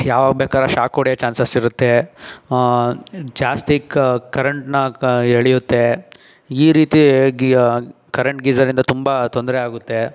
ಯಾವಾಗ ಬೇಕಾದರೂ ಶಾಕ್ ಹೊಡಿಯೋ ಚಾನ್ಸಸ್ ಇರುತ್ತೆ ಜಾಸ್ತಿ ಕರಂಟ್ನ ಎಳಿಯುತ್ತೆ ಈ ರೀತಿ ಗಿ ಕರಂಟ್ ಗೀಜರಿಂದ ತುಂಬ ತೊಂದರೆ ಆಗುತ್ತೆ